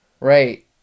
Right